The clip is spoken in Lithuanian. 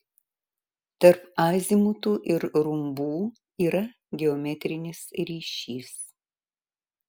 tarp azimutų ir rumbų yra geometrinis ryšys